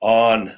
on